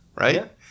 right